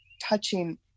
touching